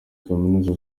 kaminuza